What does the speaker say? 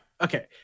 Okay